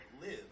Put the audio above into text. live